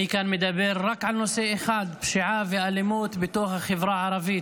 אני מדבר כאן רק על נושא אחד: פשיעה ואלימות בתוך החברה הערבית.